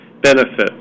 benefit